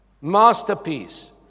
masterpiece